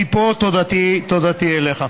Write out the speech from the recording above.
מפה תודתי אליך.